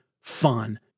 fun